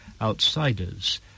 outsiders